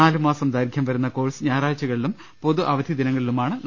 നാല് മാസം ദൈർഘ്യം വരുന്ന കോഴ്സ് ഞായറാഴ്ചകളിലും പൊതു അവധിദിനങ്ങളിലുമാണ് നട ക്കുക